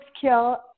kill